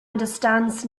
understands